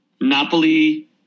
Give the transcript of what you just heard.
Napoli